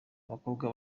abakobwa